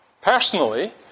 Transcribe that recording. Personally